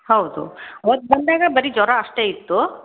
ಹೌದು ಅವತ್ತು ಬಂದಾಗ ಬರೇ ಜ್ವರ ಅಷ್ಟೇ ಇತ್ತು